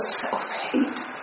self-hate